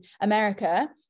America